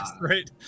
right